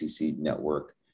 network